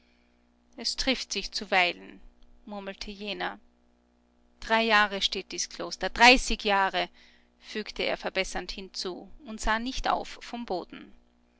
es trifft sich zuweilen murmelte jener drei jahre steht dies kloster dreißig jahre fügte er verbessernd hinzu und sah nicht auf vom boden